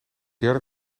derde